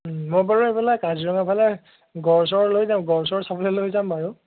মই বাৰু এইফালে কাজিৰঙাফালে গঁড় চড় লৈ যাম গঁড় চড় চাবলৈ লৈ যাম বাৰু